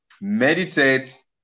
meditate